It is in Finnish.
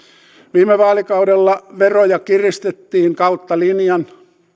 viime vaalikaudella veroja kiristettiin kautta linjan